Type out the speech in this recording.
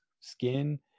skin